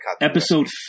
Episode